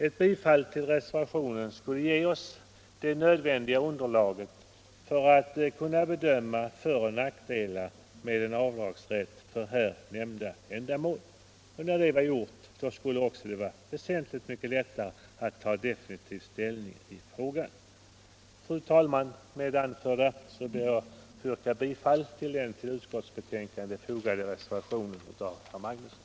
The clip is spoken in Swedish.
Ett bifall till reservationen skulle ge oss det nödvändiga underlaget för att kunna bedöma föroch nackdelar med en avdragsrätt för här nämnda ändamål. När det var gjort skulle det också vara väsentligt mycket lättare att ta definitiv ställning i frågan. Fru talman! Med det anförda ber jag att få yrka bifall till den vid skatteutskottets betänkande nr 11 fogade reservationen av herr Magnusson i Borås m.fl.